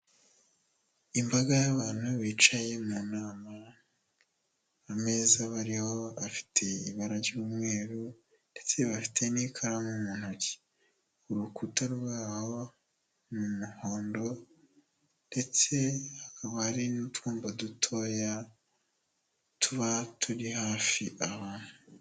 Imbaga y'abantu bicaye mu nama, ameza bariho afite ibara ry'umweru ndetse bafite n'ikaramu mu ntoki, urukuta rwabo ni umuhondo ndetse hakaba hari n'utwumba dutoya tuba turi hafi aho hantu.